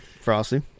frosty